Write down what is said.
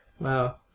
wow